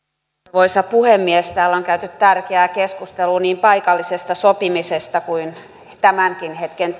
arvoisa puhemies täällä on käyty tärkeää keskustelua niin paikallisesta sopimisesta kuin tämän hetken